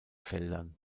feldern